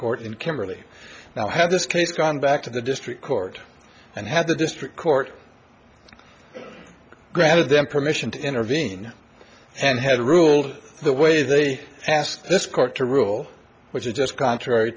court in camberley now had this case gone back to the district court and had the district court granted them permission to intervene and had ruled the way they asked this court to rule which is just contrary